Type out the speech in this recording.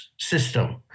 system